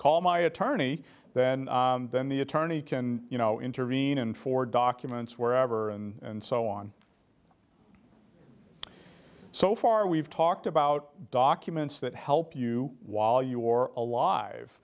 call my attorney then then the attorney can you know intervene and for documents wherever and so on so far we've talked about documents that help you while your alive